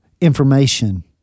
information